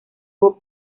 pub